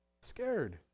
Scared